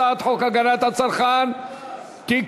הצעת חוק הגנת הצרכן (תיקון,